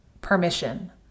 permission